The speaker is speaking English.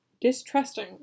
distrusting